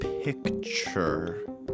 picture